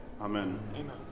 amen